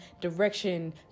direction